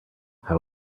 how